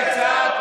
גם יותר ממך.